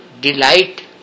delight